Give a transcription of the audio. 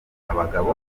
abagabo